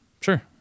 Sure